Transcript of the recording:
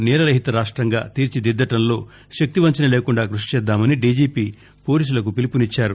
నేర రహిత రాష్ట్రంగా తీర్చిదిద్దటంలో శక్తి వంచన లేకుండా కృషి చేద్దామని డీజీపీ పోలీసులకు పిలుపునిచ్చారు